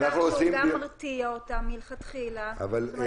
-- בכך שזה מרתיע אותם מלכתחילה לא